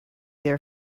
their